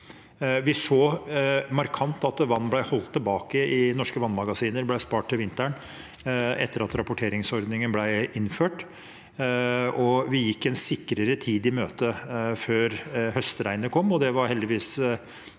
Vi så markant at vann ble holdt tilbake i norske vannmagasiner og ble spart til vinteren etter at rapporteringsordningen ble innført, og vi gikk en sikrere tid i møte før høstregnet kom – og det var heldigvis